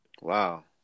Wow